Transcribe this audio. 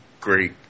great